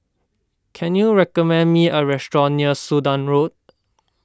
can you recommend me a restaurant near Sudan Road